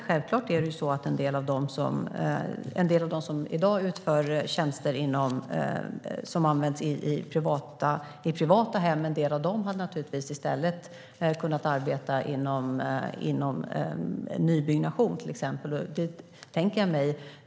Självklart är det så att en del av dem som i dag utför tjänster som används i privata hem i stället hade kunnat arbeta inom exempelvis nybyggnation.